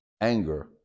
anger